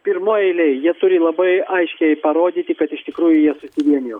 pirmoj eilėj jie turi labai aiškiai parodyti kad iš tikrųjų jie susivienijo